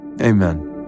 amen